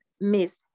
Miss